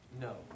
no